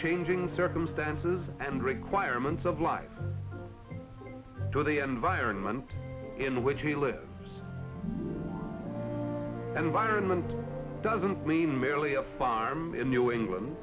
changing circumstances and requirements of life to the environment in which he lives and vironment doesn't mean merely a farm in new england